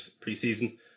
pre-season